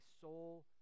soul